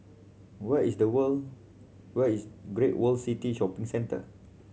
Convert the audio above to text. where is the world where is Great World City Shopping Centre